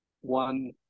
one